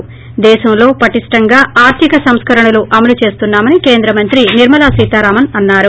ి దేశంలో పటిష్ణంగా ఆర్గిక సంస్కరణలు అమలు చేస్తున్నా మని కేంద్రమంత్రి నిర్మ లా సీతారామన్ అన్నారు